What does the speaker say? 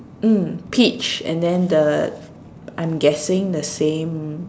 mm peach and then the I'm guessing the same